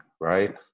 right